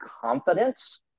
confidence